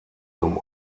zum